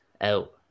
out